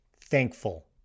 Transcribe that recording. Thankful